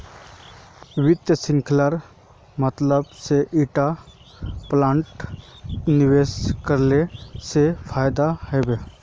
वित्त विश्लेषकेर मतलब से ईटा प्लानत निवेश करले से फायदा हबे